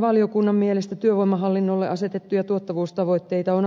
valiokunnan mielestä työvoimahallinnolle asetettuja tuottavuustavoitteita on